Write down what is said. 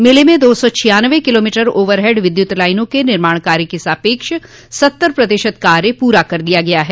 मेले में दो सौ छियानवे किलोमीटर ओवर हैड विद्युत लाइनों के निर्माण कार्य के सापेक्ष सत्तर प्रतिशत कार्य पूरा कर लिया गया है